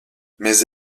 mais